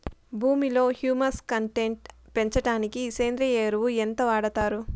భూమిలో humus content పెంచడానికి సేంద్రియ ఎరువు ఎంత వాడుతారు